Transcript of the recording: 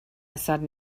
sudden